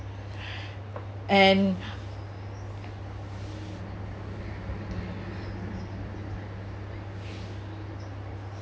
and